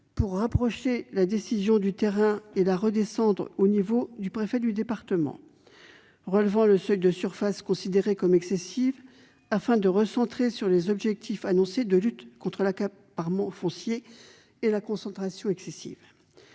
pour rapprocher la décision du terrain et la faire redescendre au niveau du préfet de département ; en relevant le seuil de surface considérée comme excessive afin de focaliser le dispositif sur les objectifs annoncés de lutte contre l'accaparement foncier et la concentration excessive